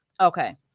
Okay